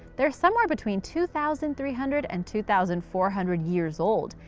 they're somewhere between two thousand three hundred and two thousand four hundred years old,